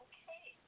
Okay